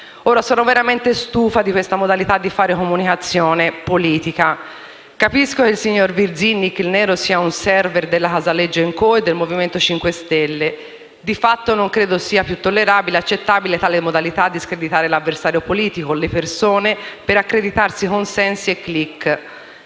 Ora, sono veramente stufa di questa modalità di fare comunicazione politica. Capisco che il signor Virzì ("Nick il Nero") sia, diciamo, un *server* della Casaleggio *&* co. e del Movimento 5 Stelle; di fatto non credo sia più tollerabile né accettabile tale modalità di screditare l'avversario politico, le persone, per accreditarsi consensi e *click*.